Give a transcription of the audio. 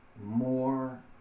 more